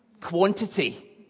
quantity